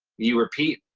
you were pete.